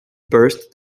burst